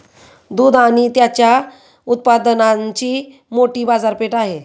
दूध आणि त्याच्या उत्पादनांची मोठी बाजारपेठ आहे